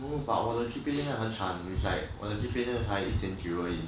but 我的 G_P_A 很惨才一点就而已